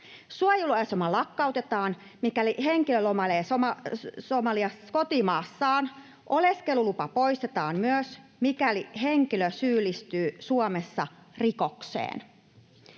Suojeluasema lakkautetaan, mikäli henkilö lomailee kotimaassaan. Oleskelulupa poistetaan myös, mikäli henkilö syyllistyy Suomessa rikokseen.